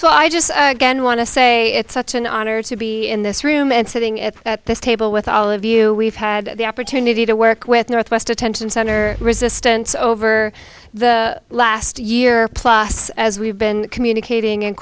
so i just want to say it's such an honor to be in this room and sitting at this table with all of you we've had the opportunity to work with northwest attention center resistance over the last year plus as we've been communicating and